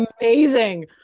amazing